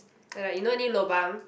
like you know any lobang